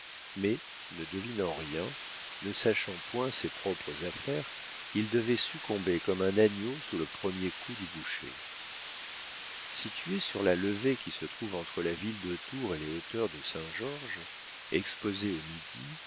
mais ne devinant rien ne sachant point ses propres affaires il devait succomber comme un agneau sous le premier coup du boucher située sur la levée qui se trouve entre la ville de tours et les hauteurs de saint-georges exposée au midi